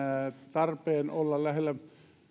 tarpeen olla lähellä